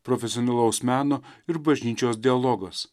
profesionalaus meno ir bažnyčios dialogas